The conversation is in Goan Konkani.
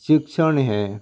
शिक्षण हें